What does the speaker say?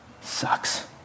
sucks